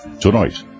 Tonight